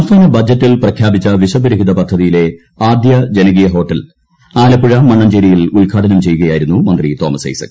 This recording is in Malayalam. സംസ്ഥാന ബജറ്റിൽ പ്രഖ്യാപിച്ച വിശപ്പുരഹിത പദ്ധതിയിലെ ആദ്യ ജനകീയ ഹോട്ടൽ ആലപ്പുഴ മണ്ണഞ്ചേരിയിൽ ഉദ്ഘാടനം ചെയ്യുകയായിരുന്നു മന്ത്രി തോമസ് ഐസക്